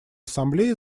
ассамблеи